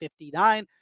59